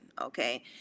okay